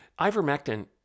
ivermectin